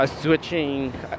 switching